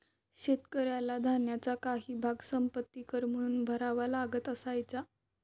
शेतकऱ्याला धान्याचा काही भाग संपत्ति कर म्हणून भरावा लागत असायचा